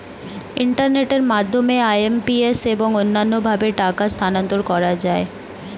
ইন্টারনেটের মাধ্যমে আই.এম.পি.এস এবং অন্যান্য ভাবে টাকা স্থানান্তর করা যায়